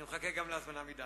אני מחכה גם להזמנה מדן.